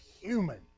human